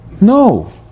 No